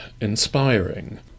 inspiring